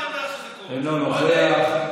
אבל בלי מלחמה, חבר הכנסת אלי אבידר, אינו נוכח.